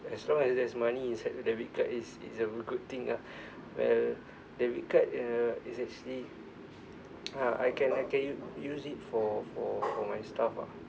as long as there's money inside the debit card is is a really good thing ah well debit card uh is actually uh I can I can u~ use it for for for my stuff ah